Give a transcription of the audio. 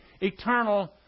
eternal